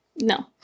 No